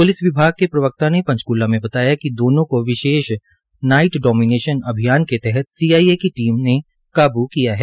police विभाग के प्रवक्ता ने पंचकूला में बताया कि दोनों को विशेष नाईट डोमीनेश अभियान के तहत सीआईए की टीम ने काबू किया है